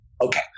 okay